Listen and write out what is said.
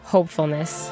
Hopefulness